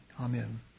Amen